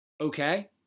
okay